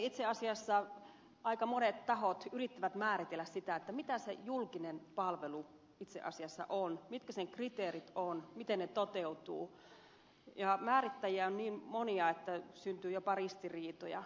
itse asiassa aika monet tahot yrittävät määritellä sitä mitä se julkinen palvelu itse asiassa on mitkä sen kriteerit ovat miten ne toteutuvat ja määrittäjiä on niin monia että syntyy jopa ristiriitoja